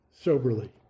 soberly